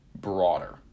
broader